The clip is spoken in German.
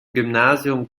gymnasium